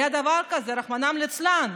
היה דבר כזה, רחמנא ליצלן,